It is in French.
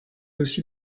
aussi